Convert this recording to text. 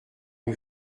rue